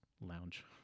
lounge